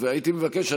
הייתי מבקש,